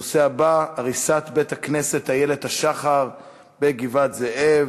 הנושא הבא: הריסת בית-הכנסת "איילת השחר" בגבעת-זאב,